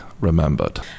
remembered